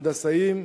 הנדסאים,